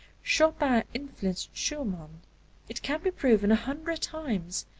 chopin influenced schumann it can be proven a hundred times.